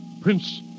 Prince